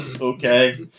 Okay